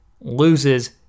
loses